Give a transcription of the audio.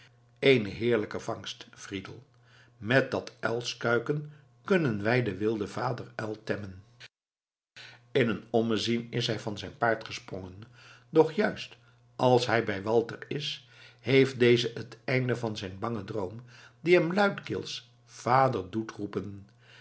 eene heerlijke vangst fridel met dat uilskuiken kunnen wij den wilden vaderuil temmen in een omzien is hij van zijn paard gesprongen doch juist als hij bij walter is heeft deze het einde van zijn bangen droom die hem luidkeels vader doet